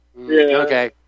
okay